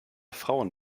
frauen